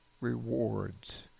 rewards